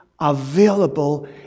available